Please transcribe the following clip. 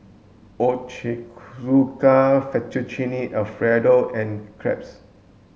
Ochazuke Fettuccine Alfredo and Crepe's